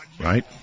right